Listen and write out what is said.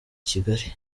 kigali